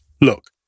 Look